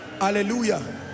Hallelujah